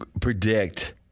predict